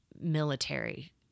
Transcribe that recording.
military